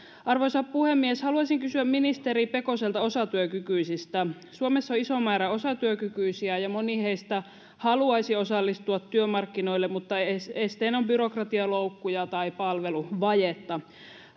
arvoisa puhemies haluaisin kysyä ministeri pekoselta osatyökykyisistä suomessa on iso määrä osatyökykyisiä ja moni heistä haluaisi osallistua työmarkkinoille mutta esteenä on byrokratialoukkuja tai palveluvajetta